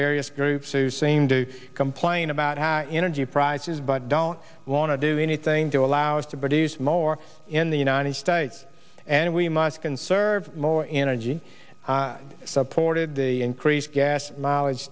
various groups who seem to complain about how energy prices but don't want to do anything to allow us to produce more in the united states and we must conserve more energy and supported the increased gas mileage